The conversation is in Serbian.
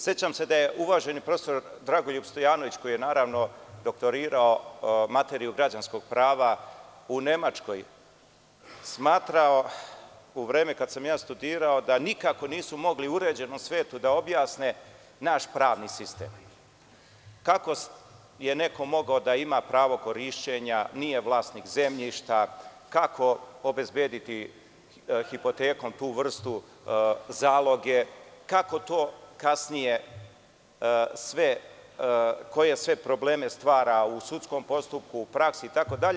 Sećam se da je uvaženi profesor Dragoljub Stojanović, koji je, naravno, doktorirao materiju građanskog prava u Nemačkoj, smatrao u vreme kada sam ja studirao da nikako nisu mogli uređenom svetu da objasne naš pravni sistem, kako je neko mogao da ima pravo korišćenja, nije vlasnik zemljišta, kako obezbediti hipotekom tu vrstu zaloge, kako to kasnije sve, koje sve probleme stvara u sudskom postupku, u praksi itd.